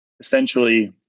Essentially